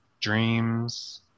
dreams